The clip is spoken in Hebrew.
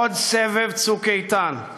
עוד סבב "צוק איתן"?